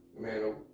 man